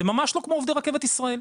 זה ממש לא כמו עובדי רכבת ישראל,